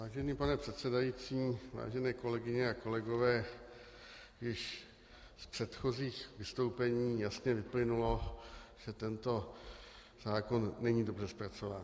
Vážený pane předsedající, vážené kolegyně a kolegové, již z předchozích vystoupení jasně vyplynulo, že tento zákon není dobře zpracován.